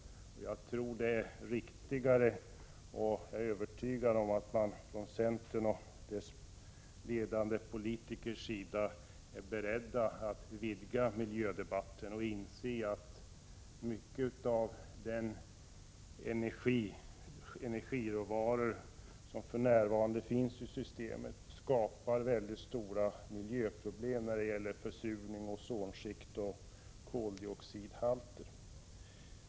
Jag tror att detta är riktigare, och jag är övertygad om att man från centerns och ledande centerpolitikers sida är beredd att vidga miljödebatten samt att man kommer att inse att många av de energiråvaror som för närvarande finns i systemet skapar väldigt stora miljöproblem när det gäller försurning, liksom när det gäller ozonskikt och koldioxidhalter.